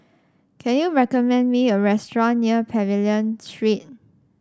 can you recommend me a restaurant near Pavilion Street